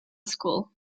school